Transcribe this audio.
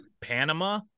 Panama